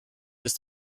ist